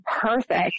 perfect